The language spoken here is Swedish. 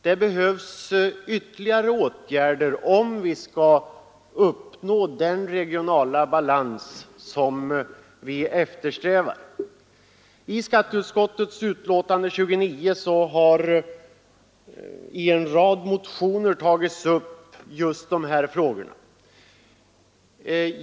Det behövs ytterligare åtgärder för att uppnå den regionala balans som vi eftersträvar. I skatteutskottets betänkande nr 29 tas dessa frågor upp med anledning av en rad motioner.